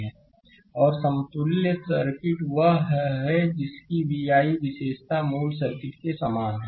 slide समय देखें 0050 और समतुल्य सर्किट वह है जिसकी v i विशेषता मूल सर्किट के समान है